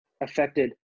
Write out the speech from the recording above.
affected